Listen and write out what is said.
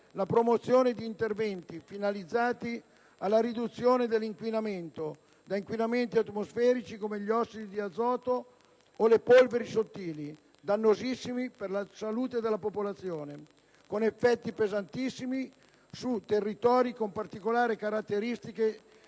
la promozione di interventi finalizzati alla riduzione dell'inquinamento da inquinanti atmosferici come gli ossidi di azoto o le polveri sottili, che sono dannosissimi per la salute della popolazione e con effetti pesantissimi su territori con particolari caratteristiche